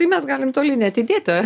tai mes galim toli neatidėti